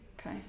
okay